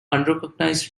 unrecognized